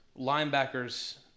linebackers